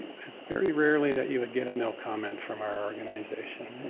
it's very rarely that you would get a no comment from our organization. and